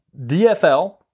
DFL